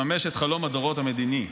לממש את חלום הדורות המדיני.